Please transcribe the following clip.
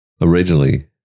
originally